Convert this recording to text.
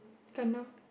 Gundam